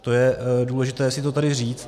To je důležité si tady říct.